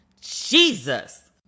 Jesus